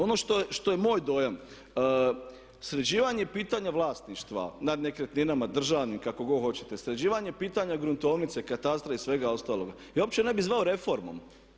Ono što je moj dojam, sređivanje pitanja vlasništva nad nekretninama, državnim, kako god hoćete, sređivanje pitanja gruntovnice, katastra i svega ostaloga ja uopće ne bih zvao reformom.